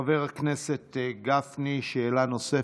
חבר הכנסת גפני, שאלה נוספת.